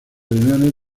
reuniones